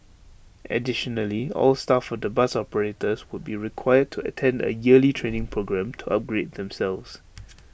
additionally all staff of the bus operators would be required to attend A yearly training programme to upgrade themselves